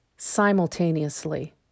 simultaneously